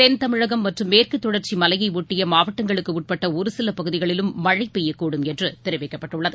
தென் தமிழகம் மற்றும் மேற்குதொடர்ச்சிமலையைஒட்டியமாவட்டங்களுக்குஉட்பட்டஒருசிலபகுதிகளிலும் மழைபெய்யக்கூடும் என்றுதெரிவிக்கப்பட்டுள்ளது